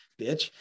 bitch